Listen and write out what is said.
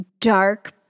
dark